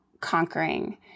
conquering